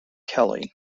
kelly